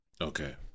Okay